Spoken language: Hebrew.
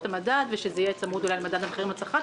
את המדד ולהצמיד למדד המחירים לצרכן,